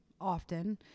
often